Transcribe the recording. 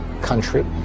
country